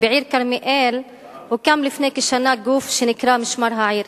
בעיר כרמיאל הוקם לפני כשנה גוף שנקרא "משמר העיר".